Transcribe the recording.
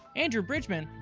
andrew bridgman,